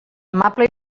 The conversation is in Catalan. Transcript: amable